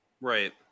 Right